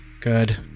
Good